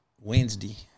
Wednesday